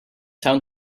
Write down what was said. town